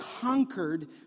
conquered